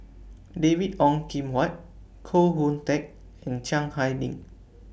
David Ong Kim Huat Koh Hoon Teck and Chiang Hai Ding